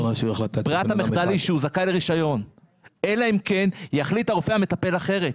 ברירת המחדל היא שהוא זכאי לרישיון אלא אם כן יחליט הרופא המטפל אחרת.